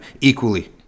equally